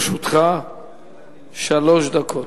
לרשותך שלוש דקות.